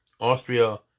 Austria